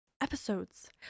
episodes